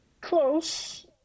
Close